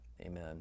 amen